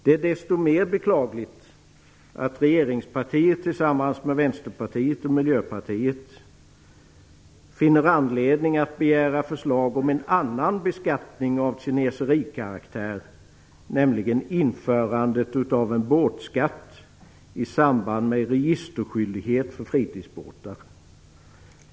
Det är desto mer beklagligt att regeringspartiet tillsammans med Vänsterpartiet och Miljöpartiet finner anledning att begära förslag om en annan beskattning av kineserikaraktär, nämligen införandet av en båtskatt i samband med registerskyldighet för fritidsbåtar.